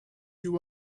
you